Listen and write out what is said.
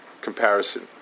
comparison